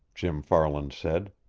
jim farland said.